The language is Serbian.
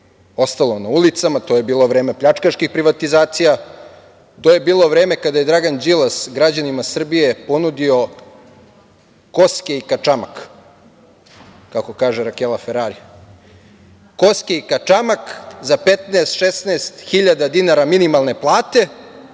ostalo na ulicama. To je bilo vreme pljačkaških privatizacija, to je bilo vreme kada je Dragan Đilas građanima Srbije ponudio koske i kačamak, kako kaže Rakela Ferari. Koske i kačamak za 15, 16 hiljada dinara minimalne plate,